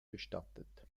bestattet